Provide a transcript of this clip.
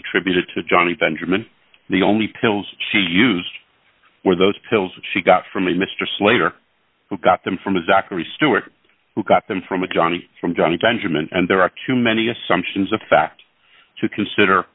attributed to johnny benjamin the only pills she used were those pills she got from mr slater who got them from a zachary stewart who got them from a johnny from johnny benjamin and there are too many assumptions a fact to consider